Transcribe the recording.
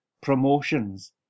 Promotions